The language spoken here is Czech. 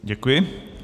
Děkuji.